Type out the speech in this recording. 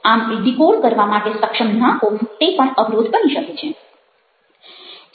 આમ ડિકોડ કરવા માટે સક્ષમ ના હોવું તે પણ અવરોધ બની શકે છે